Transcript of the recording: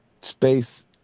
space